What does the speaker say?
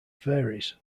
varies